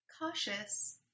cautious